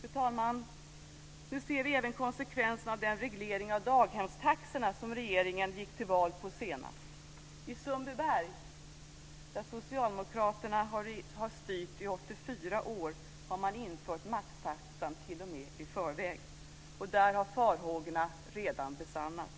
Fru talman! Nu ser vi även konsekvenserna av den reglering av daghemstaxorna som regeringen gick till val på senast. I Sundbyberg, där Socialdemokraterna har styrt i 84 år, har man infört maxtaxan t.o.m. i förväg. Där har farhågorna redan besannats.